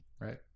Right